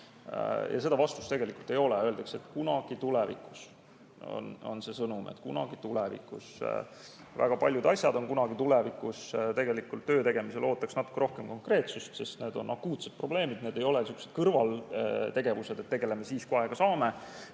Ja vastust tegelikult ei ole. Öeldakse, et kunagi tulevikus. See on see sõnum, et kunagi tulevikus. Väga paljud asjad on kunagi tulevikus. Tegelikult töö tegemisel ootaks natuke rohkem konkreetsust, sest need on akuutsed probleemid, need ei ole sellised kõrvaltegevused, et tegeleme siis, kui aega saame,